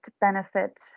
benefit